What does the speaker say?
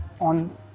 on